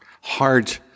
hard